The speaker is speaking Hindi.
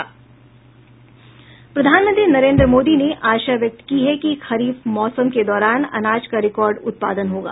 प्रधानमंत्री नरेन्द्र मोदी ने आशा व्यक्त की है कि खरीफ मौसम के दौरान अनाज का रिकार्ड उत्पादन होगा